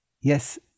Yes